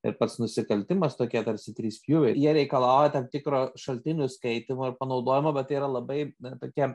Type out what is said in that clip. ir pats nusikaltimas tokie tarsi trys pjūviai jie reikalauja tam tikro šaltinių skaitymo ir panaudojimo bet tai yra labai na tokie